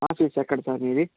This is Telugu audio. ఆఫీస్ ఎక్కడ సార్ మీది